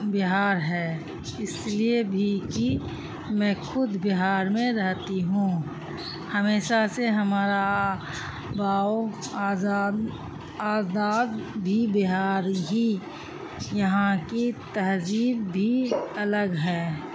بہار ہے اس لیے بھی کہ میں خود بہار میں رہتی ہوں ہمیشہ سے ہمارا باؤ آزاد آزاد بھی بہار ہی یہاں کی تہذیب بھی الگ ہے